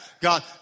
God